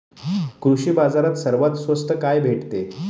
कृषी बाजारात सर्वात स्वस्त काय भेटते?